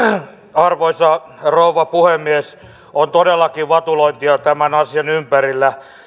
arvoisa rouva puhemies on todellakin vatulointia tämän asian ympärillä